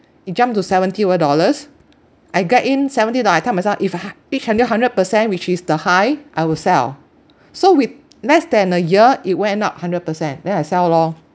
it jumped to seventy over dollars I get in seventy dollar I tell myself if ah reach hundred hundred percent which is the high I will sell so with less than a year it went up hundred percent then I sell lor